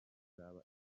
izaba